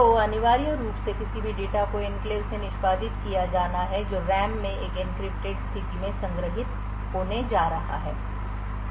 तो अनिवार्य रूप से किसी भी डेटा को एन्क्लेव से निष्पादित किया जाना है जो रैम में एक एन्क्रिप्टेड स्थिति में संग्रहीत होने जा रहा है